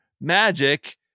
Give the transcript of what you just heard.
magic